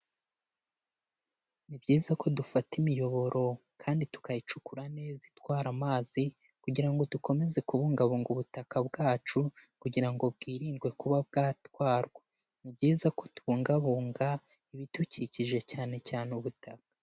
Ni byiza ko dufata imiyoboro kandi tukayicukura neza itwara amazi kugira ngo dukomeze kubungabunga ubutaka bwacu kugira ngo bwirindwe kuba bwatwarwa, ni byiza ko tubungabunga ibidukikije cyane cyane ubutaka.